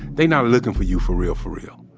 they not looking for you for real, for real.